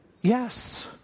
Yes